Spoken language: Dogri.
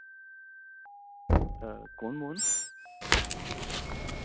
कौन मोह्न